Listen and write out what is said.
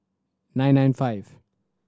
nine nine five